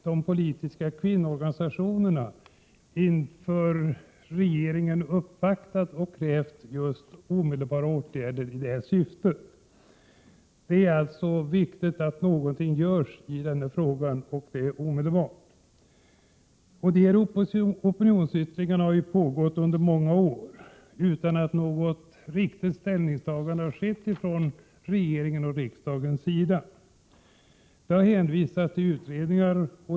De politiska kvinnoorganisationerna har ju också uppvaktat regeringen och krävt omedelbara åtgärder i detta syfte. Det är alltså viktigt att någonting görs i denna fråga, och det omedelbart. Dessa opinionsyttringar har pågått under många år utan att något egentligt ställningstagande har gjorts från regeringens och riksdagens sida. Det har hänvisats till utredningar.